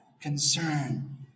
concern